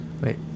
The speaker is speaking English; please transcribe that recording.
Wait